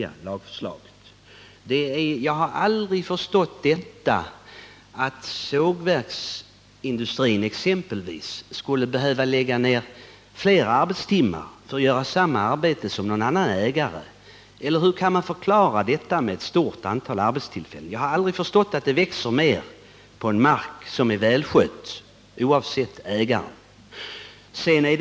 Jag vill i detta sammanhang säga att jag aldrig har förstått att exempelvis sågverksindustrin skulle behöva lägga ner fler arbetstimmar än en annan ägare för att göra samma arbete. Eller hur kan man förklara att man vill prioritera förvärvare som kan skapa ett stort antal arbetstillfällen? Jag kan heller inte tro att det beror på vem som är ägare om det skall växa mera på en i övrigt välskött mark.